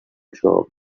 shop